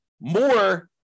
more